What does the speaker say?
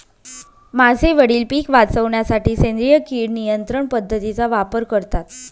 माझे वडील पिक वाचवण्यासाठी सेंद्रिय किड नियंत्रण पद्धतीचा वापर करतात